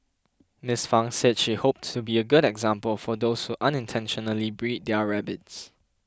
Miss Fang said she hoped to be a good example for those who unintentionally breed their rabbits